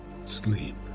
Sleep